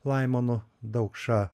laimonu daukša